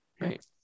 right